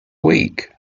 week